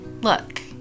Look